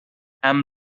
and